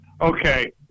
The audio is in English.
Okay